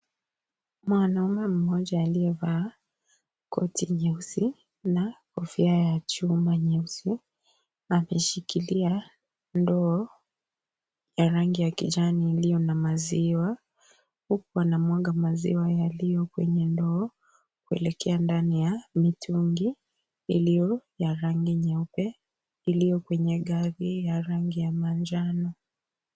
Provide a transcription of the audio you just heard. Mwanaume mmoja aliyevaa koti nyeusi na kofia ya chuma nyeusi ameshikilia ndoo ya rangi ya kijani iliyo na maziwa huku anamwaga maziwa yaliyo kwenye ndoo kuelekea ndani ya mitungi iliyo ya rangi nyeupe iliyo kwenye gari ya rangi ya manjano.